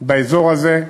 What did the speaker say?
באזור הזה,